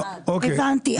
הבנתי.